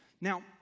Now